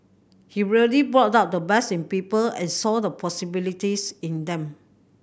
he really brought out the best in people and saw the possibilities in them